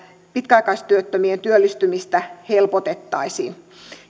pitkäaikaistyöttömien työllistymistä helpotettaisiin